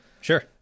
Sure